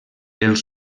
els